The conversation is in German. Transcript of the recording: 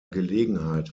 gelegenheit